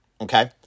Okay